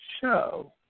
show